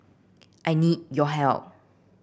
I need your help